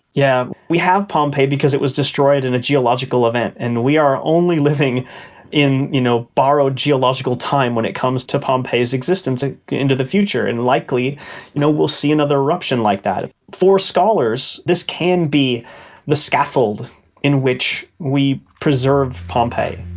yeah we have pompeii because it was destroyed in a geological event, and we are only living in you know borrowed geological time when it comes to pompeii's existence into the future, and likely we you know will see another eruption like that. for scholars, this can be the scaffold in which we preserve pompeii.